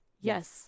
Yes